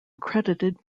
credited